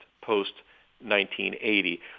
post-1980